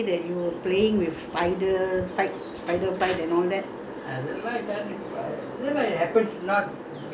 he he was telling with you he was telling your grandkids that day you were playing with spider fight spider fight and all that